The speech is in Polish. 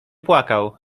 płakał